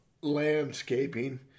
landscaping